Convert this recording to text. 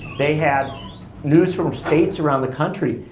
they had news from states around the country.